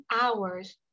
hours